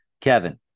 Kevin